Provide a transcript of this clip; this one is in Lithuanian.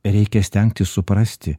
reikia stengtis suprasti